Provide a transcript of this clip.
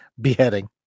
beheading